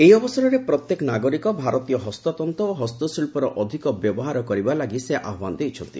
ଏହି ଅବସରରେ ପ୍ରତ୍ୟେକ ନାଗରିକ ଭାରତୀୟ ହସ୍ତତନ୍ତ ଓ ହସ୍ତଶିଳ୍ପର ଅଧିକ ବ୍ୟବହାର କରିବା ଲାଗି ସେ ଆହ୍ୱାନ ଦେଇଛନ୍ତି